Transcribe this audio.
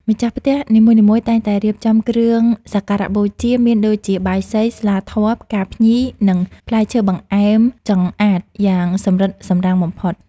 ម្ចាស់ផ្ទះនីមួយៗតែងតែរៀបចំគ្រឿងសក្ការបូជាមានដូចជាបាយសី ស្លាធម៌ ផ្កាភ្ញី និងផ្លែឈើបង្អែមចម្អាតយ៉ាងសម្រិតសម្រាំងបំផុត។